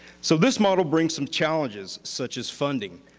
so this model brings some challenges, such as funding,